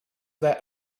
their